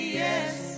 yes